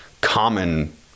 common